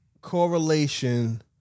correlation